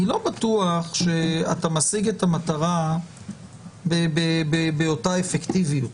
אני לא בטוח שאתה משיג את המטרה באותה אפקטיביות.